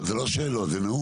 לא, זה לא שאלות, זה נאום.